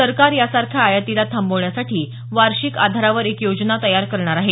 सरकार यासारख्या आयातीला थांबवण्यासाठी वार्षिक आधारावर एक योजना तयार करणार आहे